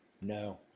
No